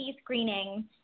screening